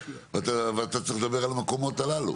ואתה צריך לדבר על המקומות הללו.